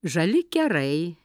žali kerai